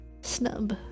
snub